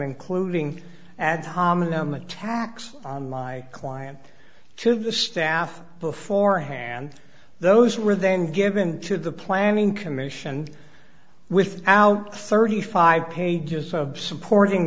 including ad hominem attacks on my client to the staff beforehand those were then given to the planning commission with out thirty five pages of supporting